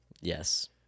Yes